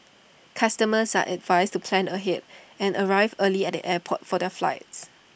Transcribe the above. customers are advised to plan ahead and arrive early at the airport for their flights